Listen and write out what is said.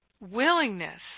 willingness